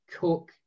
cook